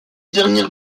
dernière